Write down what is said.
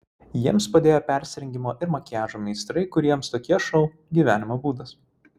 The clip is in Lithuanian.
jiems padėjo persirengimo ir makiažo meistrai kuriems tokie šou gyvenimo būdas